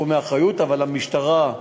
אבל המשטרה,